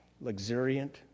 luxuriant